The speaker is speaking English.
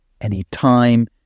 anytime